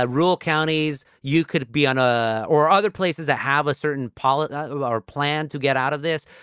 ah rural counties you could be on ah or other places that have a certain pollet of our plan to get out of this.